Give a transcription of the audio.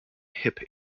hip